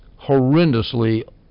horrendously